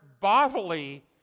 bodily